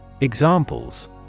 Examples